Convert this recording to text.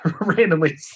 Randomly